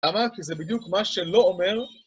למה? כי זה בדיוק מה שלא אומר.